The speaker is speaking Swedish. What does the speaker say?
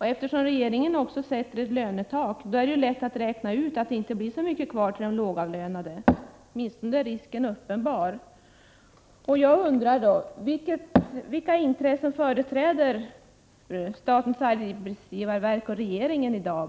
Eftersom regeringen också sätter ett lönetak är det lätt att räkna ut att det inte blir så mycket kvar till de lågavlönade, åtminstone är risken för detta uppenbar. ringen i dag?